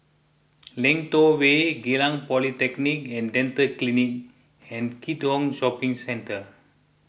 Lentor Way Geylang Polyclinic and Dental Clinic and Keat Hong Shopping Centre